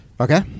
Okay